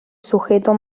sujeto